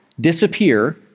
disappear